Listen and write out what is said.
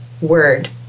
word